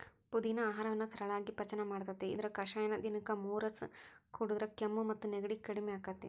ಪುದಿನಾ ಆಹಾರವನ್ನ ಸರಳಾಗಿ ಪಚನ ಮಾಡ್ತೆತಿ, ಇದರ ಕಷಾಯನ ದಿನಕ್ಕ ಮೂರಸ ಕುಡದ್ರ ಕೆಮ್ಮು ಮತ್ತು ನೆಗಡಿ ಕಡಿಮಿ ಆಕ್ಕೆತಿ